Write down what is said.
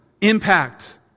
impact